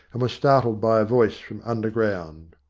and were startled by a voice from underground.